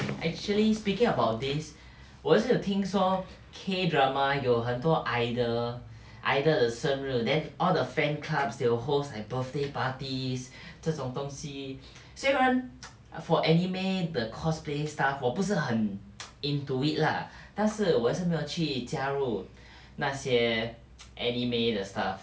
actually speaking about this 我也是有听说 K drama 有很多 idol idol 的生日 then all the fan clubs they will host like birthday parties 这种东西虽然 for anime the cosplay stuff 我不是很 into it lah 但是我也是没有去加入那些 anime the stuff